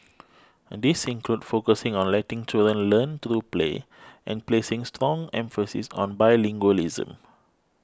these include focusing on letting children learn through play and placing strong emphasis on bilingualism